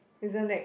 isn't that